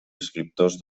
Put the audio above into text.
escriptors